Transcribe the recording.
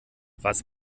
was